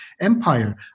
empire